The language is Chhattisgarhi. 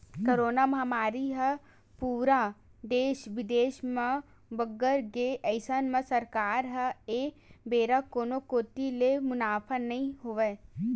करोना महामारी ह पूरा देस बिदेस म बगर गे अइसन म सरकार ल ए बेरा कोनो कोती ले मुनाफा नइ होइस